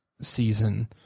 season